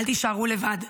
אל תישארו לבד,